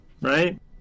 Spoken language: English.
right